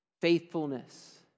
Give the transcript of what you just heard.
faithfulness